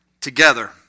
together